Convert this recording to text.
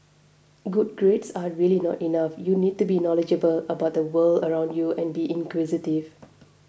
good grades are really not enough you need to be knowledgeable about the world around you and be inquisitive